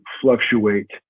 fluctuate